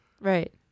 Right